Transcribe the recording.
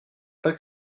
pas